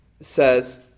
says